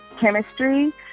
chemistry